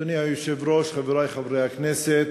אדוני היושב-ראש, חברי חברי הכנסת,